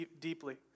deeply